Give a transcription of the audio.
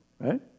right